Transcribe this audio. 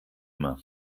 immer